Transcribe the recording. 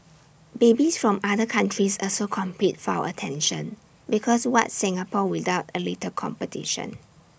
babies from other countries also compete for our attention because what's Singapore without A little competition